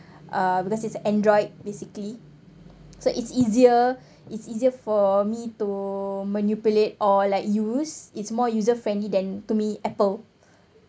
uh because its android basically so it's easier it's easier for me to manipulate or like use it's more user friendly than to me Apple